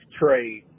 trade